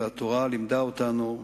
והתורה לימדה אותנו,